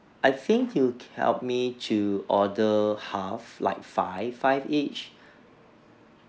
I think you can help me to order half like five five each